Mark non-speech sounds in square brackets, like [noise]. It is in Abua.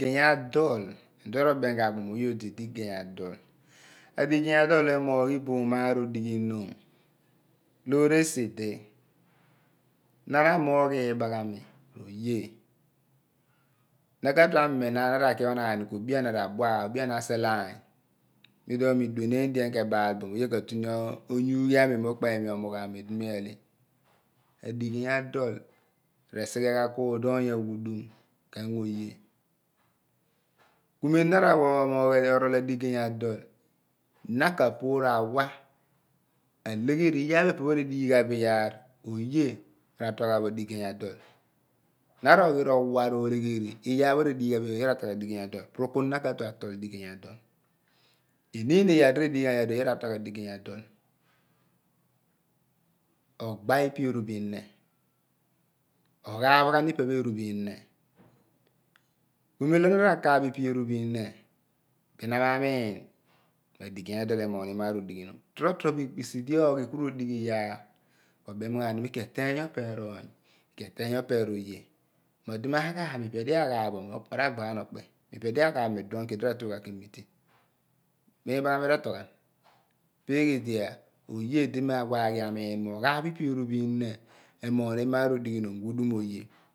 Adigeny adul iduon ro bem ghen bo mo oye odi digey adol adigey odol emoogh iboom maar odighinom loor esidi na re moogh ibaghami ro oye na ko/tue amine na re oki onaau ku obr ana ra dua odi ana reseleghaany yough ghen mo iduon mo iduenela dien ke baal bo mo oye ka tu m onyuughi ami mo mi ukpe omogh ami di mi ahle adigey adol resighe ghen tuudoony aghudum ku [noise] kingo oye ku mem di na ren wa omough aani adigey adol na ka poor awa dieghari iyaar pho epe radighi ghan bo ku oye ratol ghan bo digey adol [noise] na ra oghi owa rolaghoo iyaar pho redigh ghan bo iyaar di oye ka tol digey adol pusunan na ka tue atol di digey adol iimiin iyaar di redighi ghan bo di oye ka tol digay adol ogbo ipe eru bo ihne ku nem lo na raaph ipe era bo ihne bm na ma mrin mo adigey adol emoogh ni maar odighinom totrobo ekpisi di oghi ku radighi iyaar ko bem gham mo iki eteem opeer opear oony opear oye mo ma ghaaph ipe odi erghaaph bo ra/gba ghem okpe ipe odi aghaaph ku retuugh ghan ke muse mo iibaghams re/torghen peeghe di iyaar oye di ma waaghi amiin mu ogho aaph pe eru bo ihne emough mi maar odeghinom ghudum oye. [noise]